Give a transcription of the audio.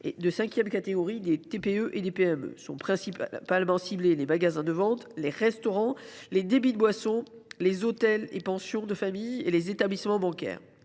de 5 catégorie des TPE et PME. Sont principalement ciblés les magasins de vente, les restaurants et débits de boissons, les hôtels et pensions de famille, ainsi que les établissements bancaires.